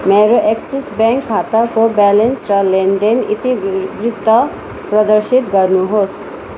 मेरो Axis bank खाताको balance र लेनदेन इतिवृवृत्त प्रदर्शित गर्नुहोस्